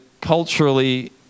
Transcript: culturally